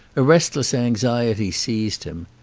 a restless anxiety seized him.